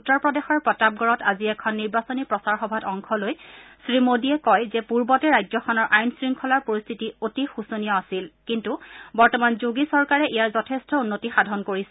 উত্তৰ প্ৰদেশৰ প্ৰতাপগড়ত আজি এখন নিৰ্বাচনী প্ৰচাৰ সভাত অংশ লৈ শ্ৰী মোদীয়ে কয় যে পূৰ্বতে ৰাজ্যখনৰ আইন শৃংখলাৰ পৰিস্থিতি অতি শোচনীয় আছিল কিন্তু বৰ্তমান যোগী চৰকাৰে ইয়াৰ যথেষ্ট উন্নতি সাধন কৰিছে